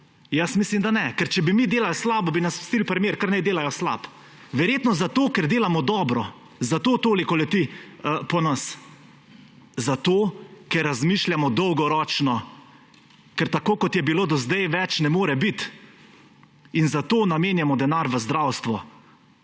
Jaz mislim, da ne. Ker če bi mi delali slabo, bi nas pustili pri miru, kar naj delajo slabo. Verjetno zato, ker delamo dobro, zato toliko leti po nas. Zato, ker razmišljamo dolgoročno, ker tako, kot je bilo do sedaj, več ne more biti. In zato namenjamo denar v zdravstvo.